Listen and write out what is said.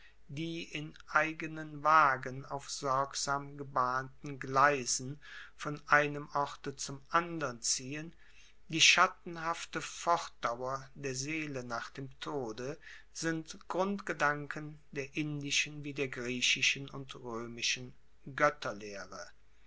die in eigenen wagen auf sorgsam gebahnten gleisen von einem orte zum andern ziehen die schattenhafte fortdauer der seele nach dem tode sind grundgedanken der indischen wie der griechischen und roemischen